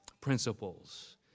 principles